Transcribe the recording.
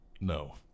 No